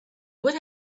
would